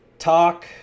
talk